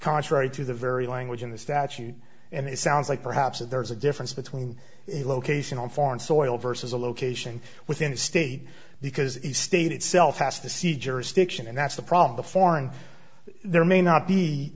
contrary to the very language in the statute and it sounds like perhaps that there's a difference between a location on foreign soil versus a location within the state because the state itself has to see jurisdiction and that's the problem the foreign there may not be